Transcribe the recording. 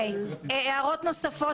הערות אך ורק